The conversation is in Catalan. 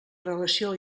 relació